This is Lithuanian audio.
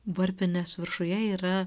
varpinės viršuje yra